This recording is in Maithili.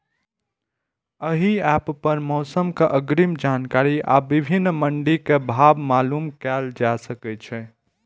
एहि एप पर मौसम के अग्रिम जानकारी आ विभिन्न मंडी के भाव मालूम कैल जा सकै छै